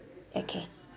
okay